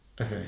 Okay